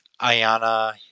Ayana